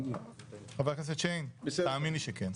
חבר הכנסת שיין, תאמין לי שכן.